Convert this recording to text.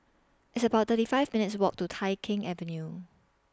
It's about thirty five minutes' Walk to Tai Keng Avenue